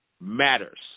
matters